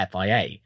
FIA